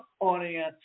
audience